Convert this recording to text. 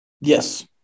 Yes